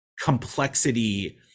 complexity